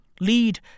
lead